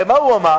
הרי מה הוא אמר?